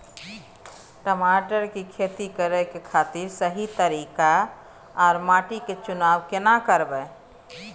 टमाटर की खेती करै के खातिर सही तरीका आर माटी के चुनाव केना करबै?